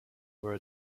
were